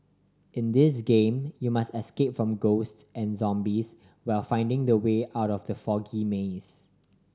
in this game you must escape from ghosts and zombies while finding the way out of the foggy maze